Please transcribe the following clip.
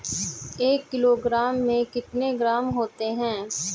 एक किलोग्राम में कितने ग्राम होते हैं?